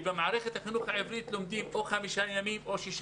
במערכת החינוך העברית לומדים או חמישה ימים או בחלק